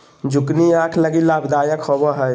zucchini आंख लगी लाभदायक होबो हइ